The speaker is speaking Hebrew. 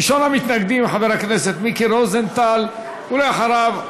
ראשון המתנגדים, חבר הכנסת מיקי רוזנטל, ואחריו,